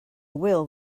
will